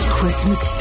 Christmas